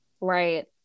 right